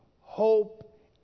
hope